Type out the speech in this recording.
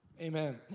Amen